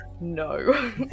No